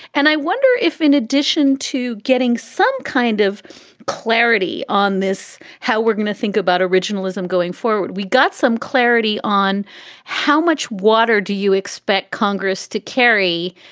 and i wonder if, in addition to getting some kind of clarity on this, how we're going to think about originalism going forward. we got some clarity on how much water do you expect congress to carry.